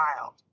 wild